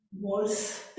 walls